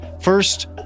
First